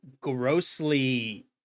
grossly